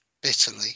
bitterly